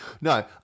No